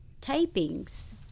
tapings